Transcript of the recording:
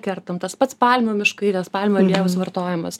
kertam tas pats palmių miškai nes palmių aliejaus vartojimas